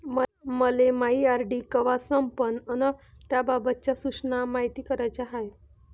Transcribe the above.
मले मायी आर.डी कवा संपन अन त्याबाबतच्या सूचना मायती कराच्या हाय